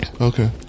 okay